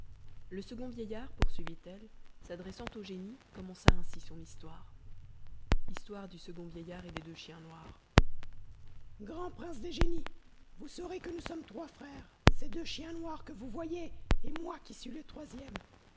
le second vieillard poursuivit-elle s'adressant au génie commença ainsi son histoire histoire du second vieillard et des deux chiens noirs grand prince des génies vous saurez que nous sommes trois frères ces deux chiens noirs que vous voyez et moi qui suis le troisième